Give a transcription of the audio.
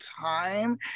time